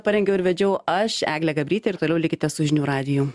parengiau ir vedžiau aš eglė gabrytė ir toliau likite su žinių radiju